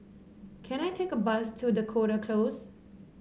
can I take a bus to Dakota Close